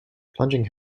plunging